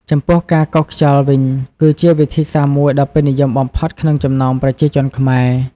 ចំពោះការកោសខ្យល់វិញ គឺជាវិធីសាស្ត្រមួយដ៏ពេញនិយមបំផុតក្នុងចំណោមប្រជាជនខ្មែរ។